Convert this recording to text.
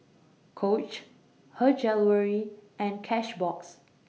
Coach Her Jewellery and Cashbox